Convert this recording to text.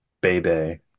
baby